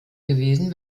gewesen